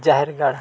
ᱡᱟᱦᱮᱨ ᱜᱟᱲ